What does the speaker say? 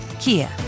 Kia